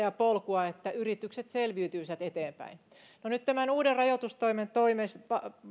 ja polkua sille että yritykset selviytyisivät eteenpäin no nyt tämän uuden rajoitustoimen